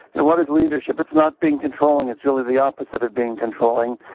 and what is leadership? it's not being controlling. it's really the opposite of being controlling.